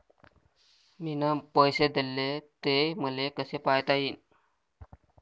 मिन पैसे देले, ते मले कसे पायता येईन?